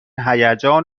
هیجان